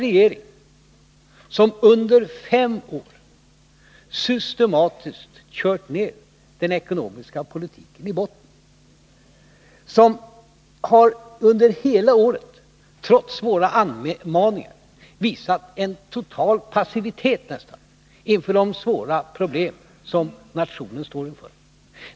Regeringen har under fem år systematiskt kört ner den ekonomiska politiken i botten och under hela detta år — trots våra anmaningar — visat en nästan total passivitet inför de svåra problem som nationen står inför.